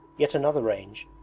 yet another range,